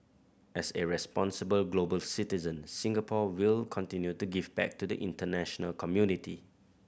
as a responsible global citizen Singapore will continue to give back to the international community